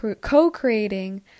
co-creating